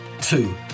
Two